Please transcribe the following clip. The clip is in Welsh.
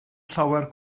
llawer